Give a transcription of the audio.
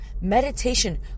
Meditation